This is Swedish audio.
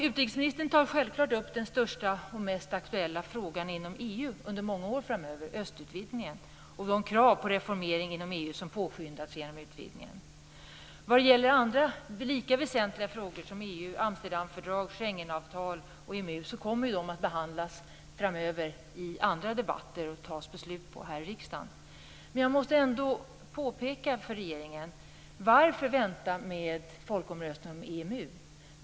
Utrikesministern tar självklart upp den största och mest aktuella frågan inom EU under många år framöver: östutvidgningen och de krav på reformering inom EU som påskyndas genom denna. Vad det gäller andra lika väsentliga frågor som EU, Amsterdamfördrag, Schengenavtal och EMU kommer de att behandlas framöver i andra debatter, och beslut kommer att fattas här i riksdagen. Men jag måste ändå fråga regeringen: Varför vänta med folkomröstningen om EMU?